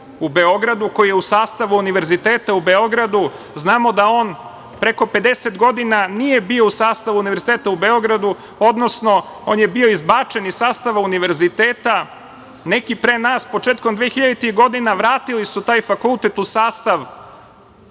u Beogradu, koji je u sastavu Univerziteta u Beogradu. Znamo da on preko 50 godina nije bio u sastavu Univerziteta u Beogradu, odnosno on je bio izbačen iz sastava Univerziteta. Neki pre nas, početkom dvehiljaditih godina vratili su taj fakultet u sastav